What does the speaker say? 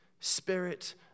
Spirit